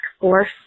Force